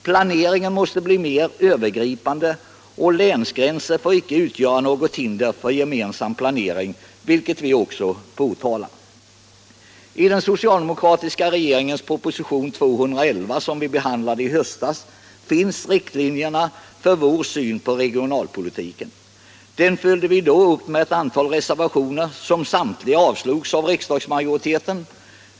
Planeringen måste bli mer övergripande, och länsgränser får icke utgöra något hinder för en gemensam planering, vilket vi också framhållit. I den socialdemokratiska regeringens proposition 211, som vi behandlade i höstas, finns riktlinjerna för vår syn på regionalpolitiken. Vi följde då upp propositionen i ett antal reservationer, som samtliga avslogs av riksdagsmajoriteten.